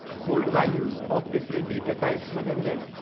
hold values of different data types within them.